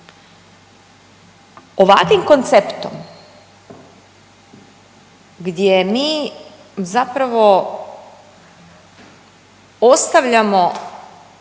Ovakvim konceptom gdje mi zapravo ostavljamo